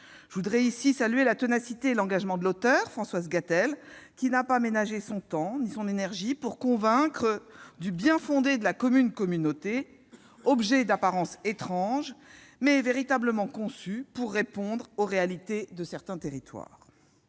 Je voudrais ici saluer la ténacité et l'engagement de l'auteur de ce texte, Françoise Gatel, qui n'a pas ménagé son temps ni son énergie pour convaincre du bien-fondé de la commune-communauté, « objet d'apparence étrange », mais véritablement conçu pour répondre aux réalités de certains territoires.